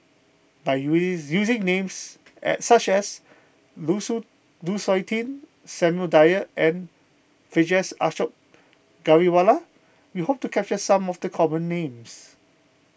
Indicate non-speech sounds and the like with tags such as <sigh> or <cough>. by <unintelligible> using names <hesitation> such as Lu Su Lu Suitin Samuel Dyer and Vijesh Ashok Ghariwala we hope to capture some of the common names